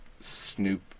Snoop